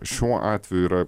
šiuo atveju yra